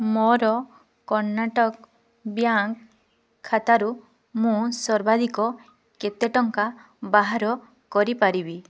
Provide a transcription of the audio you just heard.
ମୋର କର୍ଣ୍ଣାଟକ ବ୍ୟାଙ୍କ୍ ଖାତାରୁ ମୁଁ ସର୍ବାଧିକ କେତେ ଟଙ୍କା ବାହାର କରିପାରିବି